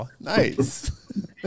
nice